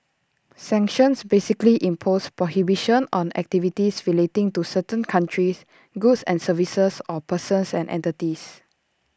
sanctions basically impose prohibitions on activities relating to certain countries goods and services or persons and entities